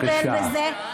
בבקשה.